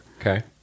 okay